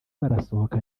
barasohoka